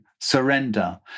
surrender